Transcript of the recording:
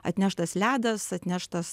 atneštas ledas atneštas